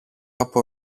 από